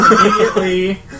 immediately